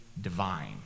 divine